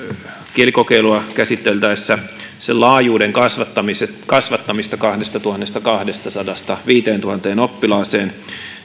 kielikokeilua käsiteltäessä sen laajuuden kasvattamista kasvattamista kahdestatuhannestakahdestasadasta viiteentuhanteen oppilaaseen